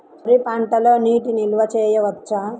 వరి పంటలో నీటి నిల్వ చేయవచ్చా?